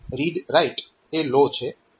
તો આ read write RW એ લો છે